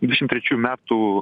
dvidešim trečių metų